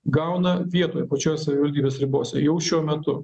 gauna vietoj pačios savivaldybės ribose jau šiuo metu